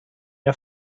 der